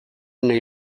nahi